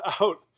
out